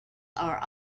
are